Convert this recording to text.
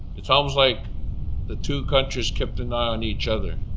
it's almost like the two countries kept an eye on each other.